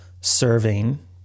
serving